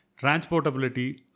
transportability